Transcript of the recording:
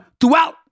throughout